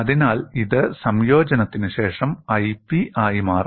അതിനാൽ ഇത് സംയോജനത്തിന് ശേഷം 'Ip' ആയി മാറും